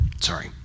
sorry